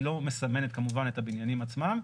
היא לא מסמנת כמובן את הבניינים עצמם,